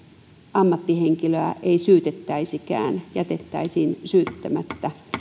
ammattihenkilöä ei syytettäisikään jätettäisiin syyttämättä